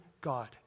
God